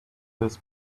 this